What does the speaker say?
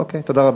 אוקיי, תודה רבה.